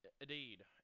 indeed